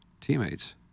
teammates